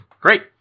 Great